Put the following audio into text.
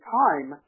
time